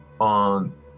on